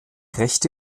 rechte